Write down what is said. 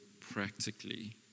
practically